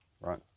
Right